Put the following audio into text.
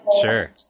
Sure